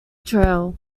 trail